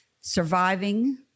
surviving